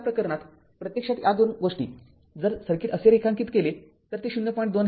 तर त्या प्रकरणात प्रत्यक्षात या २ गोष्टी जर सर्किट असे रेखांकित केले तर ते ०